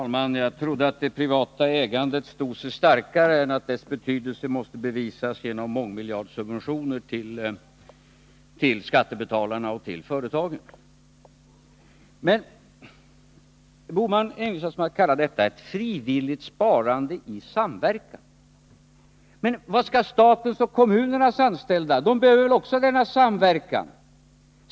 Herr talman! Jag trodde att det privata ägandet var så starkt att dess betydelse inte skulle behöva bevisas genom mångmiljardsubventioner till skattebetalarna och företagen. Herr Bohman envisas med att kalla detta ett frivilligt sparande i samverkan. Men statens och kommunernas anställda behöver väl också denna samverkan.